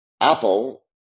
Apple